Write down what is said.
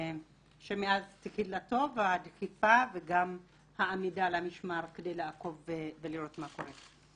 על הדחיפה ועל העמידה על המשמר כדי לעקוב ולראות מה קורה.